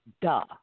duh